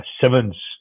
Sevens